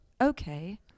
okay